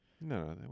No